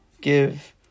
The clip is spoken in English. give